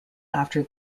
after